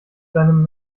seinem